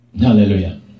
Hallelujah